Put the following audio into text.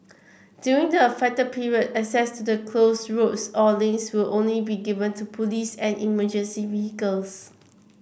during the affected period access to the closed roads or lanes will only be given to police and emergency vehicles